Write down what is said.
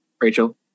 Rachel